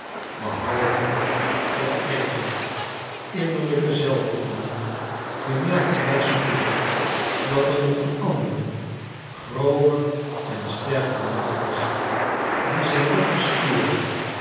behalve de eigen innerlijke zelfvoldoening bemerkte hij spoedig dat er nog een andere grover en sterker macht was die zijn lot bestuurde